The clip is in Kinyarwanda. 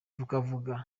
tukavuga